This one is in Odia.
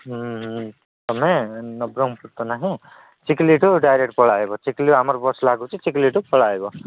ହୁଁ ହୁଁ ତୁମେ ନବରଙ୍ଗପୁର ତ ନାହିଁ ଚିକ୍ଲିଠୁ ଡାଇରେକ୍ଟ ପଳେଇବ ଚିକ୍ଲି ଆମର ବସ୍ ଲାଗୁଛି ଚିକ୍ଲିଠୁ ପଳେଇବ